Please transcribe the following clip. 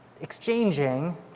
exchanging